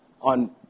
on